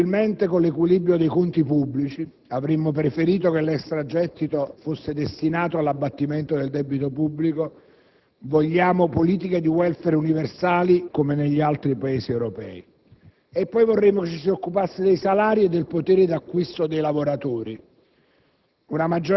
Compatibilmente con l'equilibrio di conti pubblici, avremmo preferito che l'extragettito fosse destinato all'abbattimento del debito pubblico. Vorremmo politiche di *welfare* universali, come negli altri Paesi europei. Vorremmo inoltre che ci si occupasse dei salari e del potere d'acquisto dei lavoratori